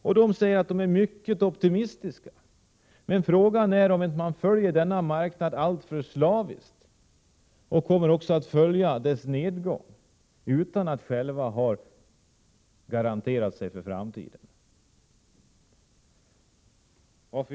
Inom bolaget är man mycket optimistisk, men frågan är om man inte följer denna marknad alltför slaviskt, så att man kommer att följa också dess nedgång utan att själv ha några garantier för framtiden.